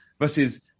Versus